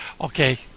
Okay